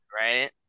right